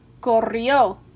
Corrió